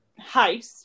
heist